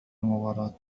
المباراة